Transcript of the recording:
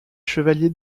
chevalier